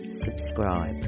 subscribe